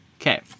Okay